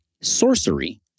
sorcery